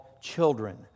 children